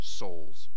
souls